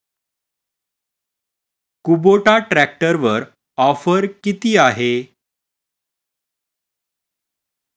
Kubota ट्रॅक्टरवर offer किती आहे?